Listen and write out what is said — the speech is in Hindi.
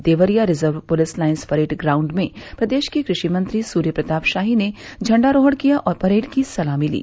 Deoria reserve police lines parade ground में प्रदेश के कृषि मंत्री सूर्य प्रताप शाही ने झण्डारोहण किया और परेड की सलामी ली